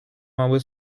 małe